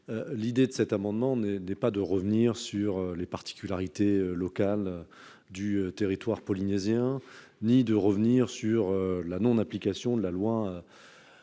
l'idée de cet amendement n'est pas de revenir sur les particularités locales du territoire polynésien ni sur la non-application de la loi du 9 décembre